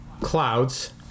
Clouds